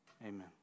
amen